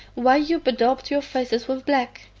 why you bedaubed your faces with black?